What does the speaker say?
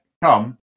Come